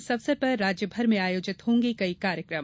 इस अवसर पर राज्यभर में आयोजित होंगे कई कार्यक्रम